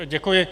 Děkuji.